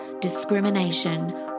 discrimination